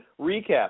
recap